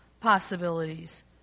possibilities